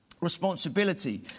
responsibility